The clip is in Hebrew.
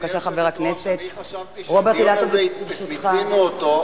גברתי היושבת-ראש, חשבתי שמיצינו את הדיון הזה.